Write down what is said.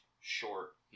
short